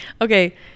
okay